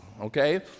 okay